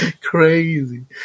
Crazy